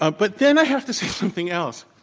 ah but then i have to say something else.